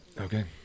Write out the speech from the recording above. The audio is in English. Okay